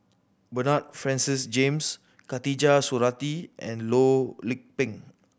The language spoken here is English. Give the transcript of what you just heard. Bernard Francis James Khatijah Surattee and Loh Lik Peng